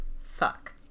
fuck